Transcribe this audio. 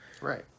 Right